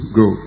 go